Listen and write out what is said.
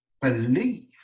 believe